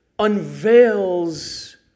Unveils